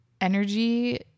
energy